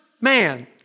man